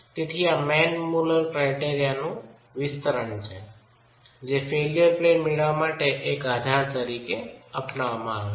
તેથી આ મેન મુલર ક્રાયટેરિયાનું વિસ્તરણ છે જે ફેઇલ્યર પ્લેન મેળવવા માટે એક આધાર તરીકે આપવામાં આવે છે